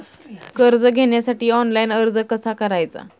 कर्ज घेण्यासाठी ऑनलाइन अर्ज कसा करायचा?